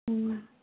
ꯎꯝ